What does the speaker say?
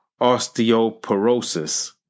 osteoporosis